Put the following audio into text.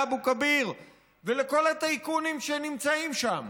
לאבו כביר ולכל הטייקונים שנמצאים שם,